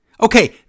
okay